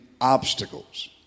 obstacles